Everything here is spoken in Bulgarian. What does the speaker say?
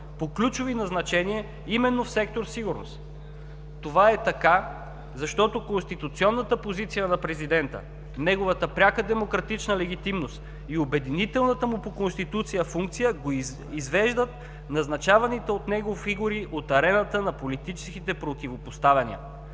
по ключови назначения именно в Сектор „Сигурност“. Това е така, защото конституционната позиция на президента, неговата пряка демократична легитимност и обединителната му по Конституция функция извеждат назначаваните от него фигури от арената на политическите противопоставяния.